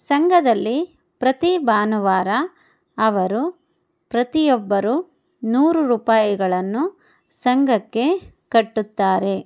ಸಂಘದಲ್ಲಿ ಪ್ರತಿ ಭಾನುವಾರ ಅವರು ಪ್ರತಿಯೊಬ್ಬರು ನೂರು ರೂಪಾಯಿಗಳನ್ನು ಸಂಘಕ್ಕೆ ಕಟ್ಟುತ್ತಾರೆ